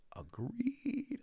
Agreed